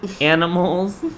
animals